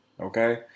Okay